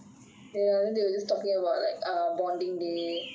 ya they will just talking about err bonding day